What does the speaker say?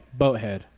Boathead